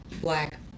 black